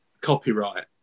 copyright